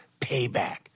payback